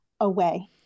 away